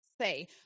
say